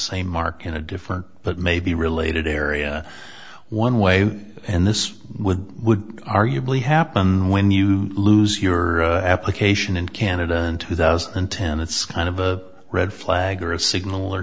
same mark in a different but maybe related area one way and this would would arguably happen when you lose your application in canada in two thousand and ten it's kind of a red flag or a signal or